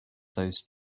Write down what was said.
those